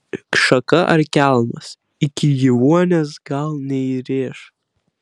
šaka ar kelmas iki gyvuonies gal neįrėš